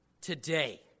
today